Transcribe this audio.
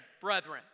brethren